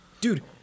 Dude